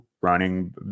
running